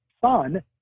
son